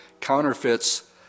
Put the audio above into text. counterfeits